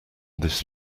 this